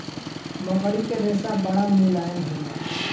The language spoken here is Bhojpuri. मकड़ी के रेशा बड़ा मुलायम होला